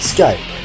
Skype